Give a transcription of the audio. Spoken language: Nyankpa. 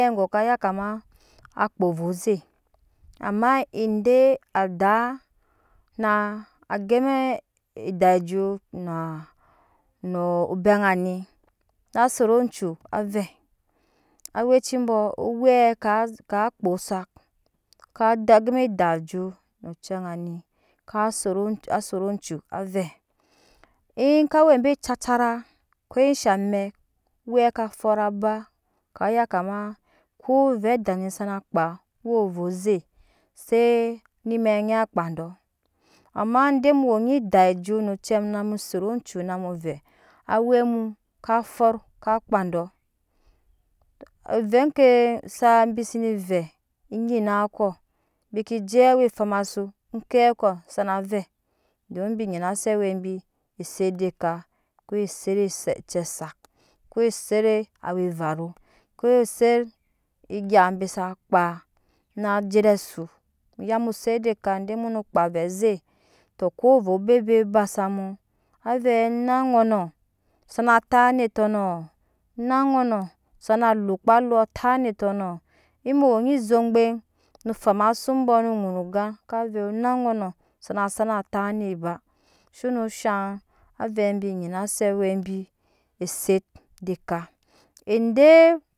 Owɛ gɔkɔ ka ya kama akpaa ovɛ ze amma ede adaa na gema edak ejut noo nɔ obɛ ŋaa ni na set ocu na vɛ aweci bɔ owɛ ka kpo osak zaka gema edak jut no ocɛ ŋani aset ocu avɛ en ka we be cucura ko sha amɛk owɛ ka fot aba ka ya kama ke ovɛ adani sana kpaa wo ovo ze ze ni ma nyɛ kpa dɔɔ ama de mu wo onyi dak ejut no ocɛ mu mu set ocu na mu vɛ awɛ mu ka fɔt ka kpa dɔ ovɛ ke su bi se ne vɛ enyina ko bi keje awɛ fam asu ke ko zuna vɛ don bi nyina se awɛ bi est de ka koset cɛ asak ko est awa everu ko eset egya be sa kpa na je ede asu mu ya mu set ede ka ko mo no kpa avɛ ze ko ovɛ bebet ba samu avɛ ona ŋonɔ sana tap anet tɔnɔ na ŋɔnɔ za na lukpa alo na tap naetɔ no en mu we onyi ze egban mu fam asu mu bɔ mu ŋuni no gan ona ŋunɔ sana so tap anet ba shono shaŋ avɛ bi nyina se awɛ bi est de ka ede